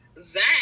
Zach